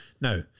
Now